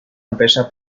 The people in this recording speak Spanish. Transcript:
empresa